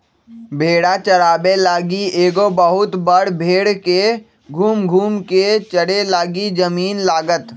भेड़ा चाराबे लागी एगो बहुत बड़ भेड़ के घुम घुम् कें चरे लागी जमिन्न लागत